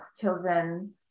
children